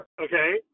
Okay